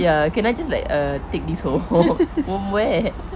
ya can I just like err take this home home where